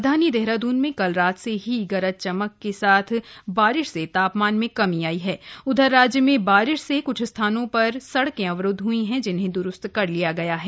राजधानी देहरादून में कल रात से ही गरज चमक के साथ वारिश से तापमान में कमी आयी है उधर राज्य में वारिश से कुछ स्थानों पर सड़के अवरूद्व हुयी जिन्हें दुरूस्त कर लिया गया है